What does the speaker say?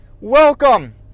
Welcome